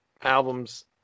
albums